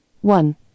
One